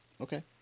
Okay